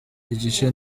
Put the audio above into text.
igice